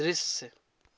दृश्य